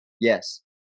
Yes